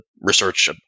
research